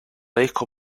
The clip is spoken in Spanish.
disco